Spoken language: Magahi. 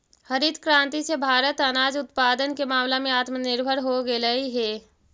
हरित क्रांति से भारत अनाज उत्पादन के मामला में आत्मनिर्भर हो गेलइ हे